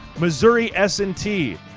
missouri s and t,